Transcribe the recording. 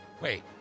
Wait